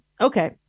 Okay